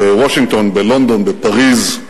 בוושינגטון, בלונדון, בפריס,